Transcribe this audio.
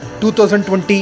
2020